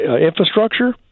infrastructure